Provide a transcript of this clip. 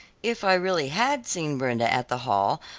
if i really had seen brenda at the hall,